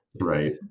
Right